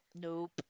Nope